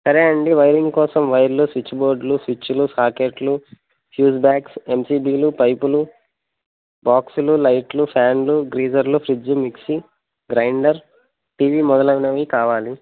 సరే అండి వైరింగ్ కోసం వైర్లు స్విచ్ బోర్డ్లు స్విచ్లు సాకెట్లు ఫ్యూస్ బ్యాగ్స్ ఎంసిబీలు పైపులు బాక్సులు లైట్లు ఫ్యాన్లు గీజర్లు ఫ్రిడ్జ్ మిక్సీ గ్రైండర్ టీవీ మొదలైనవి కావాలి